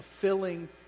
fulfilling